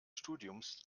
studiums